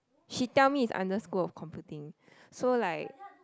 she tell me it's under school of computing so like